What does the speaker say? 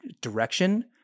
direction